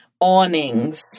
awnings